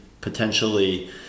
potentially